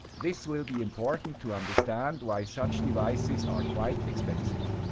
this will be important to understand why such devices are quite expensive.